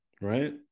right